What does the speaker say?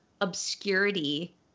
obscurity